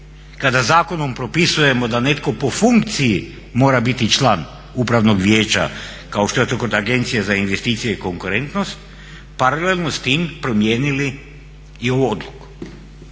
kada zakonom propisujemo da netko po funkciji mora biti član Upravnog vijeća kao što je to kod Agencije za investicije i konkurentnost paralelno s tim promijenili i ovu odluku.